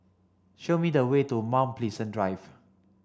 show me the way to Mount Pleasant Drive